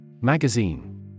Magazine